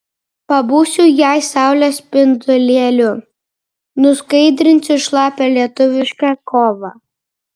pabūsiu jai saulės spindulėliu nuskaidrinsiu šlapią lietuvišką kovą